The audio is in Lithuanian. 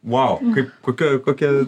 vau kaip kokioj kokia